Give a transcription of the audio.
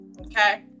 Okay